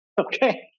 Okay